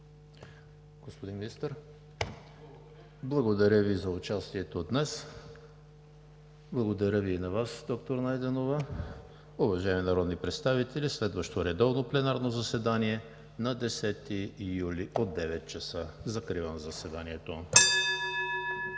Господин Министър, благодаря Ви, за участието днес. Благодаря Ви и на Вас, доктор Найденова. Уважаеми народни представители, следващо редовно пленарно заседание – на 10 юли от 9,00 ч. Закривам заседанието.